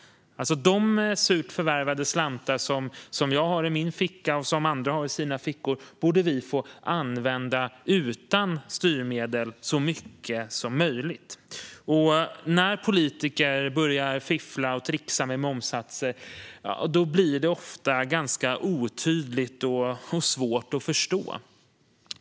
De surt förvärvade slantar som jag har i min ficka och som andra har i sina fickor borde vi så mycket som möjligt få använda utan styrmedel. När politiker börja fiffla och trixa med momssatser blir det ofta ganska otydligt och svårförståeligt.